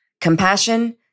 compassion